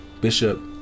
Bishop